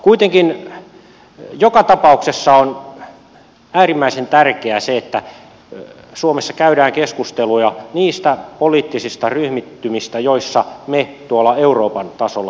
kuitenkin joka tapauksessa on äärimmäisen tärkeää se että suomessa käydään keskusteluja niistä poliittisista ryhmittymistä joissa me tuolla euroopan tasolla toimimme